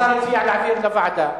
והשר הציע להעביר לוועדה.